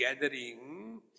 gathering